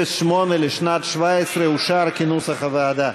08, לשנת 2017, אושר כנוסח הוועדה.